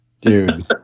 Dude